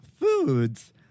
foods